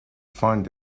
find